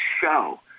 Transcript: show